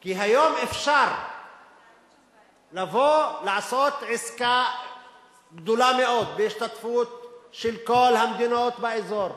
כי היום אפשר לעשות עסקה גדולה מאוד בהשתתפות של כל המדינות באזור: